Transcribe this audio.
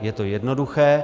Je to jednoduché.